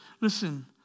Listen